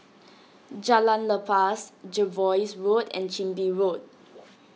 Jalan Lepas Jervois Road and Chin Bee Road